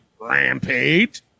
Rampage